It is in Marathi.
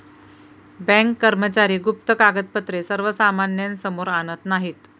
बँक कर्मचारी गुप्त कागदपत्रे सर्वसामान्यांसमोर आणत नाहीत